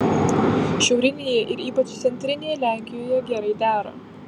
šiaurinėje ir ypač centrinėje lenkijoje gerai dera